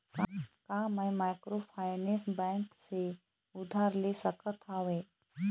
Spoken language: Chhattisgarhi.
का मैं माइक्रोफाइनेंस बैंक से उधार ले सकत हावे?